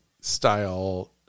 style